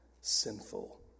sinful